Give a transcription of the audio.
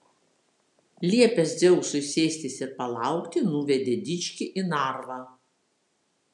liepęs dzeusui sėstis ir palaukti nuvedė dičkį į narvą